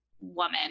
woman